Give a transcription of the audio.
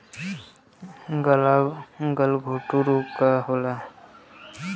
गलघोंटु रोग का होला?